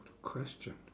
question